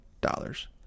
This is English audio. dollars